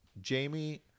Jamie